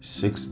six